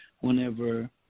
whenever